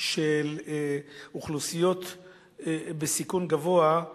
של אוכלוסיות בסיכון גבוה,